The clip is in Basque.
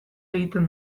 egiten